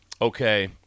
okay